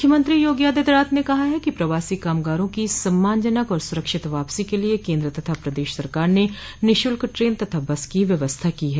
मुख्यमंत्री योगी आदित्यनाथ ने कहा है कि प्रवासी कामगारों की सम्मानजनक और सुरक्षित वापसी के लिए केन्द्र तथा प्रदेश सरकार ने निःशुल्क ट्रेन तथा बस की व्यवस्था की है